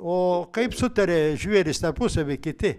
o kaip sutaria žvėrys tarpusavy kiti